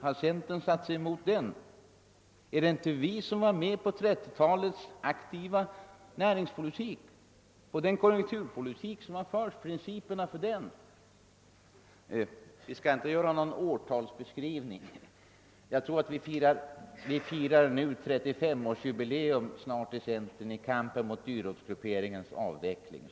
Har inte centern varit med på 1930 talet och arbetat för en aktiv näringspolitik och har vi inte för länge sedan accepterat en aktiv konjunkturpolitik? Jag skall inte göra någon årtalsbeskrivning, men jag tror att vi i centern snart firar 30-årsjubileum i vår kamp för dyrortsgrupperingens avveckling.